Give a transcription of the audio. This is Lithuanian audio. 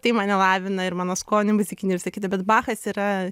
tai mane lavina ir mano skonį muzikinį ir visa kita bet bachas yra